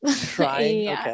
trying